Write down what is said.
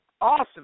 Awesome